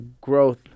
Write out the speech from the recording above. growth